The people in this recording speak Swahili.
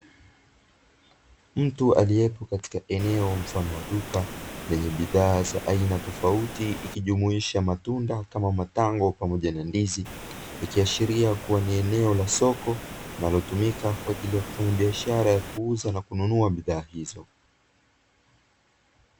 Mtu aliyepo katika eneo mfano wa duka lenye bidhaa za aina tofauti ikijumuisha matunda kama matango, pamoja na ndizi. Ikiashiria kuwa ni eneo la soko linalotumika kwa ajili ya kufanya biashara ya kuuza na kununua bidhaa hizo.